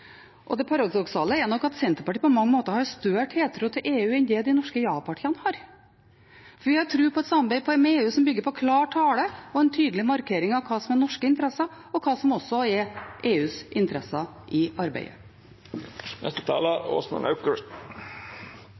og det paradoksale er at Senterpartiet på mange måter nok har større tiltro til EU enn det de norske ja-partiene har. Vi har tro på et samarbeid med EU som bygger på klar tale og en tydelig markering av hva som er norske interesser, og også av hva som er EUs interesser i arbeidet.